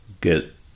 get